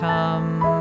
Come